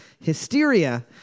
Hysteria